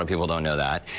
um people don't know that.